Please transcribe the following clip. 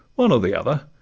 one or the other,